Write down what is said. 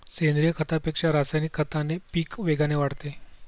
सेंद्रीय खतापेक्षा रासायनिक खताने पीक वेगाने वाढते